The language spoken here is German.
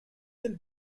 den